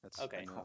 Okay